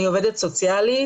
אני עובדת סוציאלית,